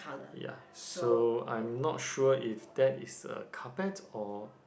ya so I'm not sure if that is a carpet or